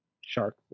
Shark